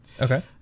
Okay